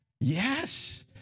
yes